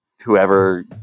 whoever